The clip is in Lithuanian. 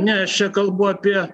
ne aš čia kalbu apie